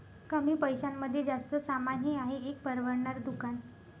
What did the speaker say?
कमी पैशांमध्ये जास्त सामान हे आहे एक परवडणार दुकान